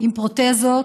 עם פרוטזות,